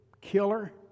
killer